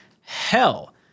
hell